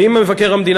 ואם מבקר המדינה,